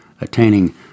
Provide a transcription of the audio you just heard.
attaining